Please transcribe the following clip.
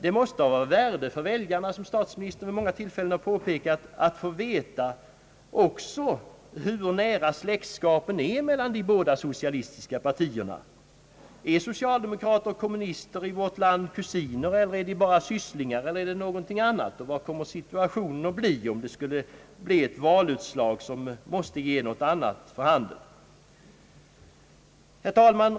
Det måste vara av värde för väljarna, vilket statsministern vid många tillfällen har påpekat, att också få veta hur nära släktskapen är mellan de båda socialistiska partierna i vårt land, socialdemokraterna och kommunisterna. Är socialdemokrater och kommunister i vårt land kusiner, är de bara sysslingar eller är de något annat? Vad skulle situationen bli, om det blev ett valutslag, som gav en annan maktbalans än dagens? Herr talman!